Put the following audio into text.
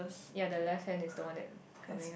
ya the left hand is the one that coming up